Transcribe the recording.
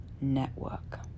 network